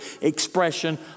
expression